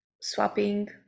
swapping